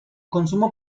consumo